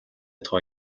тоо